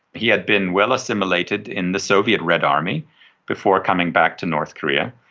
he had been well assimilated in the soviet red army before coming back to north korea,